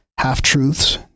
half-truths